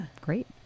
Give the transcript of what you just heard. great